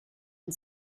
and